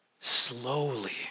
slowly